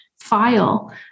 file